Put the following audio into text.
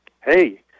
Hey